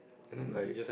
and then like